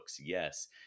Yes